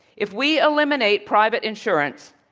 if we eliminate private insurance,